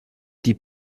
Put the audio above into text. die